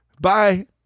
Bye